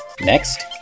Next